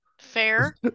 Fair